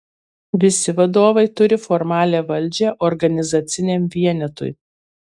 visi vadovai turi formalią valdžią organizaciniam vienetui